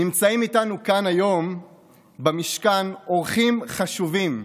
נמצאים איתנו כאן היום במשכן אורחים חשובים,